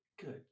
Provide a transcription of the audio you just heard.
Good